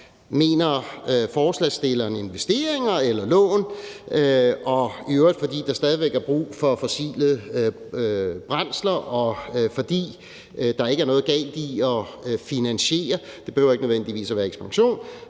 om forslagsstillerne mener investeringer eller lån, og fordi der i øvrigt stadig er brug for fossile brændsler, og fordi der ikke er noget galt med at finansiere det – det behøver ikke nødvendigvis være en ekspansion,